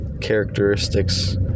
characteristics